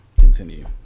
continue